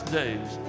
days